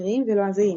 עבריים ולועזיים.